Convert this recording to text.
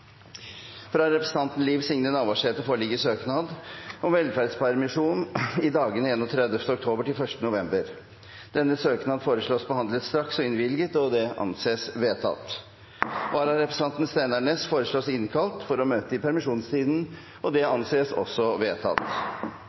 Fra representanten Liv Signe Navarsete foreligger søknad om velferdspermisjon i dagene 31. oktober og 1. november. Etter forslag fra presidenten ble enstemmig besluttet: Søknaden behandles straks og innvilges. Vararepresentanten, Steinar Ness , foreslås innkalt for å møte i permisjonstiden.